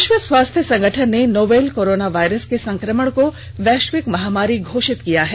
विष्व स्वास्थ्य संगठन ने नोवेल कोरोना वायरस के संकमण को वैष्विक महामारी घोषित किया है